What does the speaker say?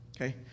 okay